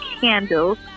Candles